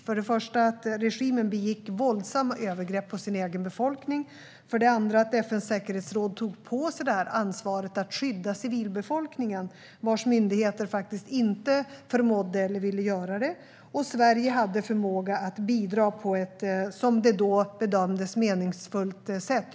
För det första begick regimen våldsamma övergrepp på sin egen befolkning, och för det andra tog FN:s säkerhetsråd på sig ansvaret att skydda civilbefolkningen vars myndigheter faktiskt inte förmådde eller ville göra det. Sverige hade dessutom förmåga att bidra på ett, som det då bedömdes, meningsfullt sätt.